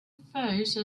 face